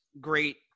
great